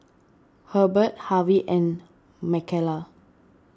Herbert Harvy and Marcela